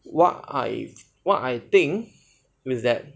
what I what I think is that